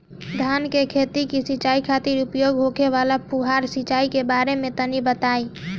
धान के खेत की सिंचाई खातिर उपयोग होखे वाला फुहारा सिंचाई के बारे में तनि बताई?